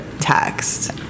text